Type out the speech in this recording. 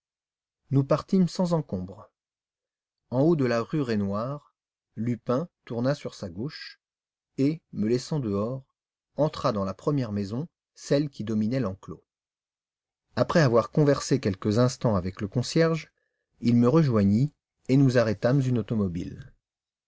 nous partîmes sans encombre au haut de la rue raynouard lupin tourna sur sa gauche et me laissant dehors entra dans la première maison celle qui dominait l'enclos après avoir conversé quelques instants avec le concierge il me rejoignit et nous arrêtâmes une automobile